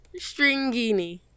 Stringini